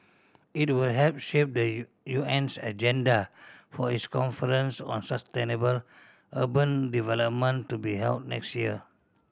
it will help shape the U UN's agenda for its conference on sustainable urban development to be held next year